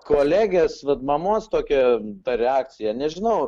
kolegės vat mamos tokia ta reakcija nežinau